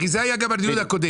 הרי, זה היה גם בדיון הקודם.